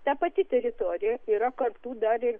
ta pati teritorija yra kartu dar ir